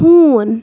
ہوٗن